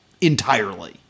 entirely